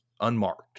unmarked